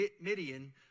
Midian